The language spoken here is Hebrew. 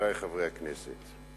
חברי חברי הכנסת,